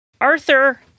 Arthur